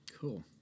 Cool